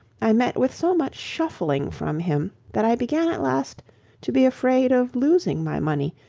i met with so much shuffling from him, that i began at last to be afraid of losing my money,